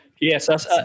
Yes